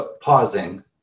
Pausing